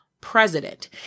president